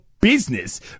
business